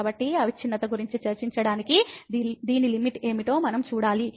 కాబట్టి అవిచ్ఛిన్నత గురించి చర్చించడానికి దీని లిమిట్ ఏమిటో మనం చూడాలి